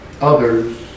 others